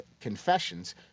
confessions